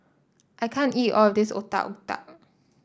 I can't eat all of this Otak Otak